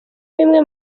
bimwe